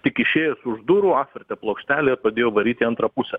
tik išėjęs už durų apvertė plokštelę ir padėjo varyt į antrą pusę